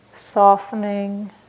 softening